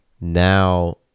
now